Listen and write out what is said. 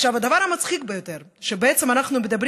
הדבר המצחיק ביותר הוא שבעצם אנחנו מדברים